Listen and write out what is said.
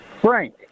Frank